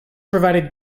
provided